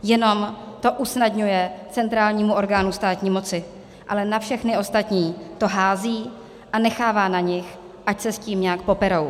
Jenom to usnadňuje centrálnímu orgánu státní moci, ale na všechny ostatní to hází a nechává na nich, ať se s tím nějak poperou.